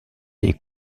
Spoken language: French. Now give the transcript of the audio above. est